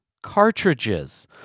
cartridges